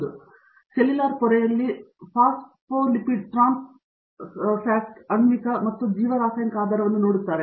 ಅವರು ಸೆಲ್ಯುಲರ್ ಪೊರೆಯಲ್ಲಿ phospholipid trans ಸ್ಥಳದ ಆಣ್ವಿಕ ಮತ್ತು ಜೀವರಾಸಾಯನಿಕ ಆಧಾರವನ್ನು ನೋಡುತ್ತಾರೆ